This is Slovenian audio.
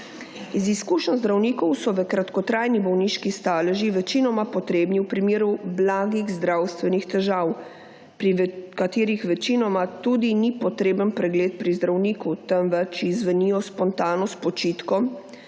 Iz izkušenj zdravnikov so kratkotrajni bolniški staleži večinoma potrebni v primeru blagih zdravstvenih težav, pri katerih večinoma tudi ni potreben pregled pri zdravniku, temveč izzvenijo spontano s počitkom;